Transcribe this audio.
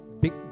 big